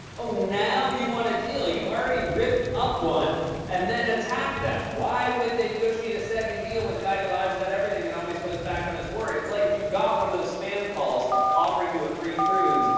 oh, now you want a deal? you already ripped up one and then attacked them. why would they negotiate a second deal with a guy who lies about everything and always goes back on his word? it's like if you got one of those spam calls offering you a free cruise,